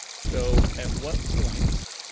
so, at what point